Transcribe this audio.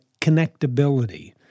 connectability